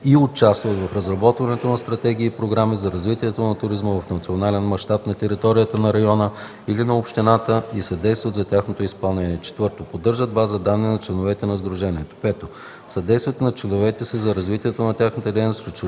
и участват в разработването на стратегии и програми за развитието на туризма в национален мащаб, на територията на района или на общината и съдействат за тяхното изпълнение; 4. поддържат база данни на членовете на сдружението; 5. съдействат на членовете си за развитие на тяхната дейност чрез